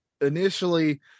initially